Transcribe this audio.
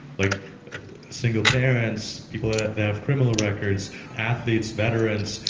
like single parents, people that have criminal records, athletes, veterans.